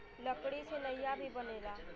लकड़ी से नईया भी बनेला